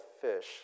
fish